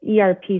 ERP